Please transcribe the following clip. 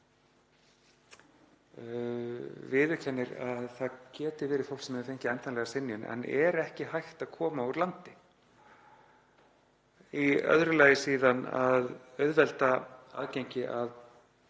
viðurkenni að það geti verið fólk sem hefur fengið endanlega synjun en er ekki hægt að koma úr landi. Í öðru lagi að auðvelda aðgengi að